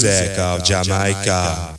Zeca of Zero, Jamaica. Jamaica.